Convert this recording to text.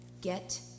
get